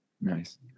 Nice